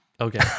Okay